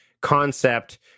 concept